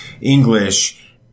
English